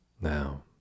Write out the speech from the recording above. Now